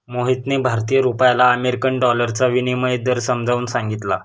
मोहितने भारतीय रुपयाला अमेरिकन डॉलरचा विनिमय दर समजावून सांगितला